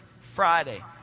Friday